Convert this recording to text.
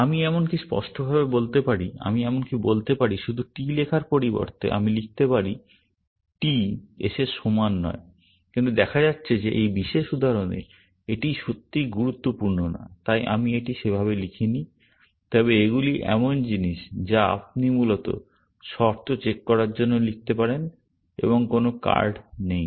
আমি এমনকি স্পষ্টভাবে বলতে পারি আমি এমনকি বলতে পারি শুধু T লেখার পরিবর্তে আমি লিখতে পারি t s এর সমান নয় কিন্তু দেখা যাচ্ছে যে এই বিশেষ উদাহরণে এটি সত্যিই গুরুত্বপূর্ণ নয় তাই আমি এটি সেভাবে লিখিনি তবে এগুলি এমন জিনিস যা আপনি মূলত শর্ত চেক করার জন্য লিখতে পারেন এবং কোনও কার্ড নেই